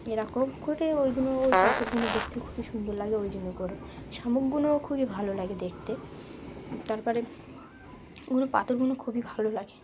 এরকম করে ওইগুলো ওই পাথরগুলো দেখতেও খুবই সুন্দর লাগে ওই জন্য করে সামুকগুলোও খুবই ভালো লাগে দেখতে তারপরে ওগুলো পাথরগুলো খুবই ভালো লাগে